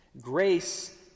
Grace